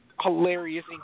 hilarious